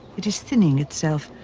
it is thinning itself,